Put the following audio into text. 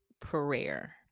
prayer